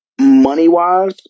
money-wise